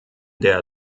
der